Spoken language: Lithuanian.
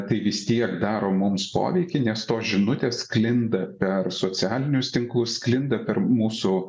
tai vis tiek daro mums poveikį nes tos žinutės sklinda per socialinius tinklus sklinda per mūsų